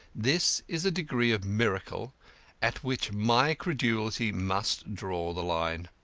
this is a degree of miracle at which my credulity must draw the line.